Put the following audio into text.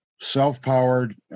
self-powered